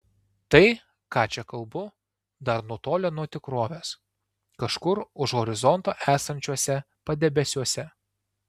tai ką čia kalbu dar nutolę nuo tikrovės kažkur už horizonto esančiuose padebesiuose